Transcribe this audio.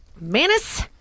Manus